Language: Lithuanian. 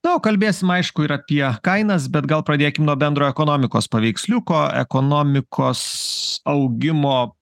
na o kalbėsim aišku ir apie kainas bet gal pradėkim nuo bendro ekonomikos paveiksliuko ekonomikos augimo